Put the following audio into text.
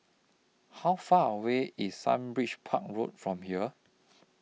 How Far away IS Sunbridge Park Road from here